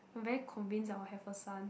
I'm very convinced that I'll have a son